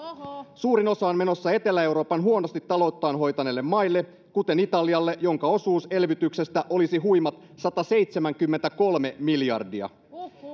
suurin osa on menossa etelä euroopan huonosti talouttaan hoitaneille maille kuten italialle jonka osuus elvytyksestä olisi huimat sataseitsemänkymmentäkolme miljardia